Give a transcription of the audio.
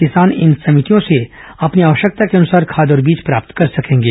किसान इन समितियों से अपनी आवश्यकता के अनुसार खाद और बीज प्राप्त कर सकेंगे